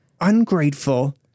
ungrateful